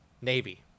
Navy